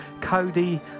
Cody